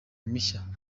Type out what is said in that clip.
mishya